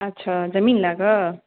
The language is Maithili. अच्छा जमीन लए कऽ